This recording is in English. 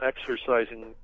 exercising